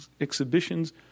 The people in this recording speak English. exhibitions